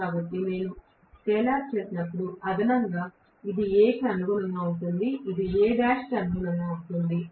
కాబట్టి నేను స్కేలార్ చేసినప్పుడు అదనంగా ఇది A కి అనుగుణంగా ఉంటుంది ఇది Al కి అనుగుణంగా ఉంటుంది